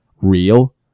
real